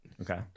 okay